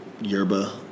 yerba